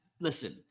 Listen